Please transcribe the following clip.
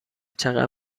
چقدر